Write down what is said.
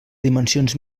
dimensions